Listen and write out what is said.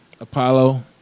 Apollo